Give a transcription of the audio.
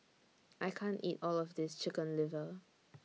I can't eat All of This Chicken Liver